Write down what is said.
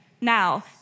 now